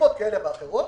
מסיבות כאלה ואחרות,